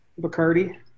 Bacardi